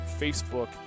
Facebook